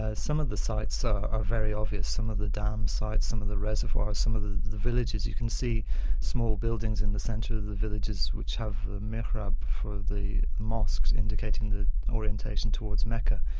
ah some of the sites are are very obvious, some of the dam sites, some of the reservoirs, some of the the villages. you can see small buildings in the centre of the villages which have the mihrab for the mosques indicating the orientation towards mecca.